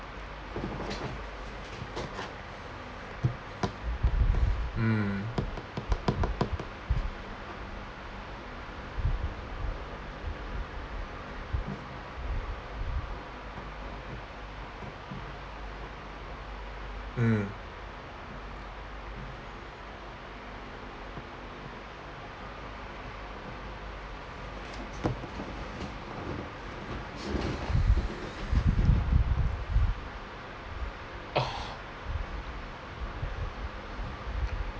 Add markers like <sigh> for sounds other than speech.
hmm mm <breath>